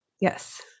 Yes